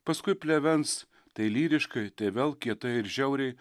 paskui plevens tai lyriškai tai vėl kietai ir žiauriai